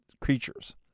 creatures